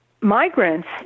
migrants